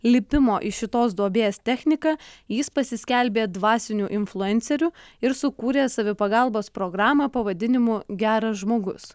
lipimo iš šitos duobės techniką jis pasiskelbė dvasiniu influenceriu ir sukūrė savipagalbos programą pavadinimu geras žmogus